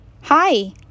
Hi